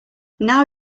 now